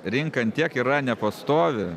rinka ant tiek yra nepastovi